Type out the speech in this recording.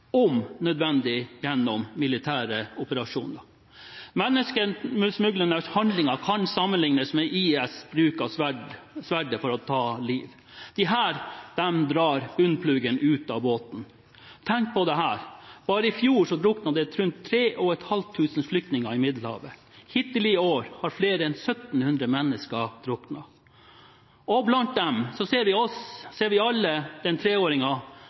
om nødvendig gjennom militære operasjoner. Menneskesmuglernes handlinger kan sammenlignes med IS’ bruk av sverdet for å ta liv, disse menneskene drar ut bunnpluggen i båten. Tenk på dette: Bare i fjor druknet rundt 3 500 flyktninger i Middelhavet. Hittil i år har flere enn 1 700 mennesker druknet. Blant dem ser vi for oss